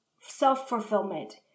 self-fulfillment